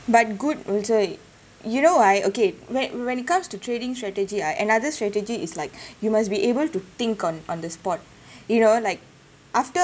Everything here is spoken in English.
but good also you know why okay when when it comes to trading strategy I another strategy is like you must be able to think on on the spot you know like after